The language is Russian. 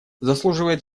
заслуживает